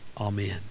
Amen